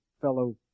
fellow